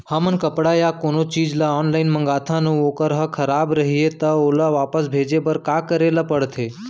हमन कपड़ा या कोनो चीज ल ऑनलाइन मँगाथन अऊ वोकर ह खराब रहिये ता ओला वापस भेजे बर का करे ल पढ़थे?